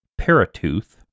Paratooth